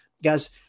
Guys